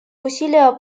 усилия